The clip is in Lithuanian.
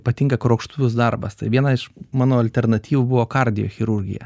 patinka kruopštus darbas tai viena iš mano alternatyvų buvo kardiochirurgija